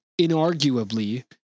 inarguably